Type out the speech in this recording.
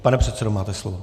Pane předsedo, máte slovo.